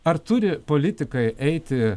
ar turi politikai eiti